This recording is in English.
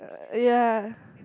ya